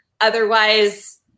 otherwise